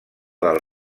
del